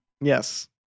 yes